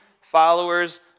followers